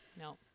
No